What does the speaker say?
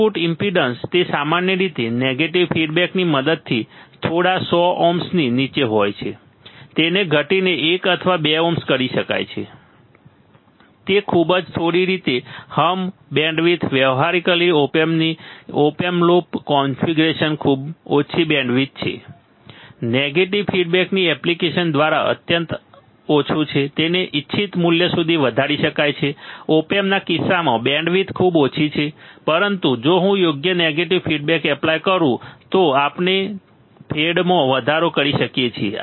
output impedance તે સામાન્ય રીતે નેગેટિવ ફીડબેકની મદદથી થોડા સો ઓહ્મની નીચે હોય છે તેને ઘટીને 1 અથવા 2 ઓહ્મ કરી શકાય છે ખૂબ થોડી રીત હમ્મ બેન્ડવિડ્થ વ્યવહારીકલી ઓપ એમ્પની ઓપન લૂપ કોન્ફિગરેશન ખૂબ ઓછી બેન્ડવિડ્થ છે નેગેટિવ ફીડબેકની એપ્લિકેશન દ્વારા અત્યંત ઓછું છે તેને ઇચ્છિત મૂલ્ય સુધી વધારી શકાય છે ઓપ એમ્પના કિસ્સામાં બેન્ડવિડ્થ ખૂબ ઓછી છે પરંતુ જો હું યોગ્ય નેગેટિવ ફીડબેક એપ્લાય કરું તો આપણે ફેડમાં વધારો કરી શકીએ છીએ